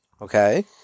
Okay